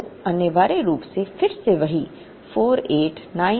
तो अनिवार्य रूप से फिर से वही 489898